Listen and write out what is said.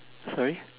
sorry